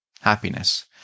happiness